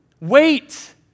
Wait